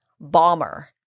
bomber